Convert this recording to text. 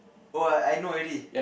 oh I I know already